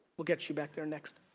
we'll get you back there next.